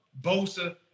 Bosa